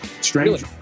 strange